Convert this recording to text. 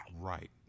Right